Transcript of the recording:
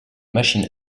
machine